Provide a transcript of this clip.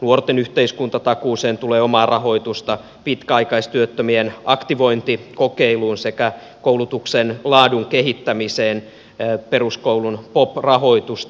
nuorten yhteiskuntatakuuseen tulee omaa rahoitusta pitkäaikaistyöttömien aktivointikokeiluun sekä koulutuksen laadun kehittämiseen peruskoulun pop rahoitusta